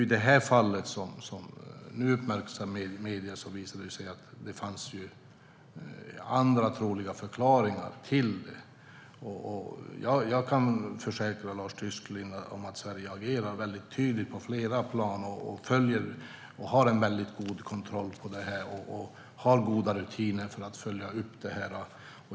I det fall som nu uppmärksammats i medierna visade det sig att det fanns andra troliga förklaringar till att Livsmedelsverket hittade växtskyddsmedel som inte är godkända i EU. Jag kan försäkra Lars Tysklind om att Sverige agerar tydligt på flera plan, och vi har god kontroll och goda rutiner för att följa upp detta.